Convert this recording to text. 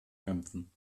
kämpfen